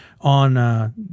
on